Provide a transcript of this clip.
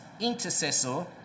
intercessor